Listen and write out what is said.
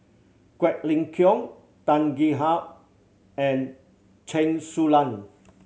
Quek Ling Kiong Tan Gee and Chen Su Lan